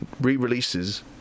Re-releases